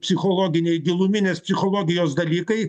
psichologiniai giluminės psichologijos dalykai